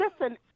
Listen